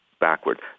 backward